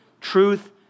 Truth